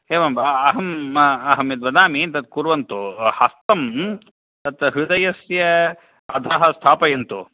एवं वा अहं अहम्यत् वदामि तत् कुर्वन्तु हस्तं तत् हृदयस्य अधः स्थापयन्तु